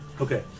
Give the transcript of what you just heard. Okay